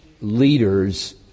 leaders